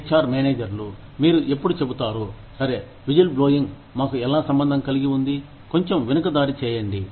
H R మేనేజర్లు మీరు ఎప్పుడు చెబుతారు సరే విజిల్ బ్లోయింగ్ మాకు ఎలా సంబంధం కలిగి ఉంటుంది కొంచెం వెనుక దారి చేయండి